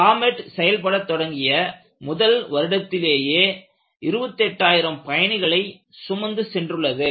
Comet செயல்பட தொடங்கிய முதல் வருடத்திலேயே 28000 பயணிகளை சுமந்து சென்றுள்ளது